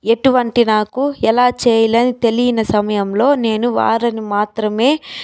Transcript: ఎటువంటి నాకు ఎలా చేయాలో తెలియని సమయంలో నేను వారిని మాత్రమే